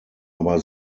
aber